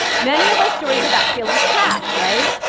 many of our stories are about feeling trapped, right?